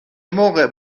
موقع